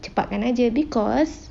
cepatkan saje because